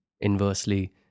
inversely